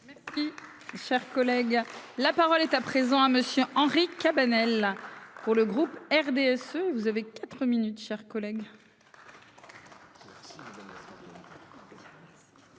Merci, cher collègue, la parole est à présent à monsieur Henri Cabanel pour le groupe RDSE. Vous avez 4 minutes, chers collègues.